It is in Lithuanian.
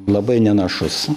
labai nenašus